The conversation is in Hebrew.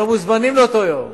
לא מוזמנים לאותו יום.